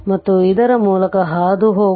ಮತ್ತುಇದರ ಮೂಲಕ ಹಾದು ಹೋಗುವ ಕರೆಂಟ್ 0